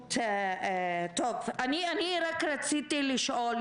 רק רציתי לשאול.